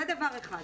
זה דבר אחד.